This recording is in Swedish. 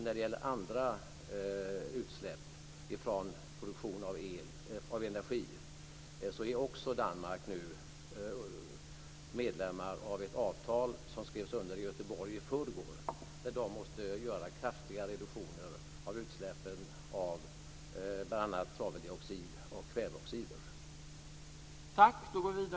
När det gäller andra utsläpp från produktion av energi är Danmark också nu medlem av ett avtal som skrevs under i Göteborg i förrgår. Det innebär att Danmark måste göra kraftiga reduktioner av utsläppen av bl.a. svaveldioxid och kväveoxider.